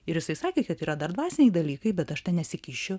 ir jisai sakė kad yra dar dvasiniai dalykai bet aš ten nesikišiu